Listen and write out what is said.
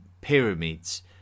pyramids